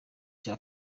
cya